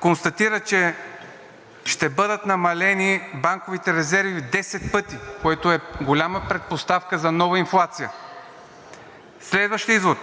констатира: „Ще бъдат намалени банковите резерви десет пъти, което е голяма предпоставка за нова инфлация.“ Следващият извод: